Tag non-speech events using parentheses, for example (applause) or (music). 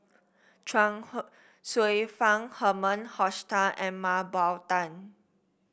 Chuang (unintelligible) Hsueh Fang Herman Hochstadt and Mah Bow Tan